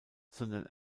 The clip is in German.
sondern